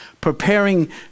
Preparing